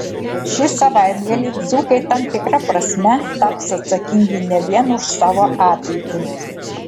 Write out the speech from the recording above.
šį savaitgalį dzūkai tam tikra prasme taps atsakingi ne vien už savo ateitį